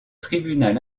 tribunal